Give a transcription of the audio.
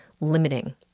limiting